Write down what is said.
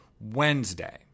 Wednesday